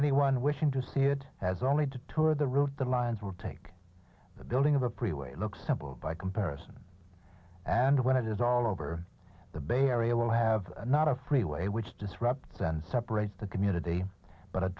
anyone wishing to see it as only detour the route the lines would take the building of a pretty way looks simple by comparison and when it is all over the bay area will have not a freeway which disrupts and separates the community but